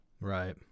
Right